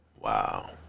Wow